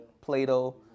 Plato